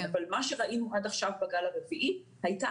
אבל מה שראינו עד עכשיו בגל הרביעי זה שהייתה